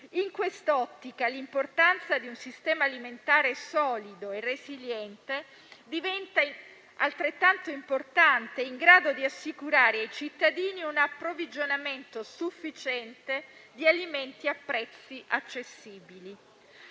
In quest'ottica l'importanza di un sistema alimentare solido e resiliente diventa altrettanto importante e in grado di assicurare ai cittadini un approvvigionamento sufficiente di alimenti a prezzi accessibili.